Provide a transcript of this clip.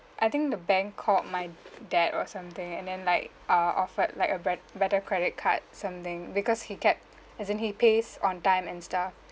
I think the bank called my dad or something and then like err offered like a bred~ better credit card something because he kept as in he pays on time and stuff